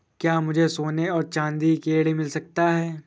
क्या मुझे सोने और चाँदी के लिए ऋण मिल सकता है?